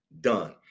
done